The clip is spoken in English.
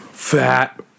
Fat